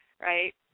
right